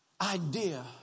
idea